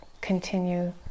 continue